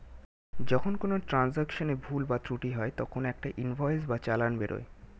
যখন কোনো ট্রান্জাকশনে ভুল বা ত্রুটি হয় তখন একটা ইনভয়েস বা চালান বেরোয়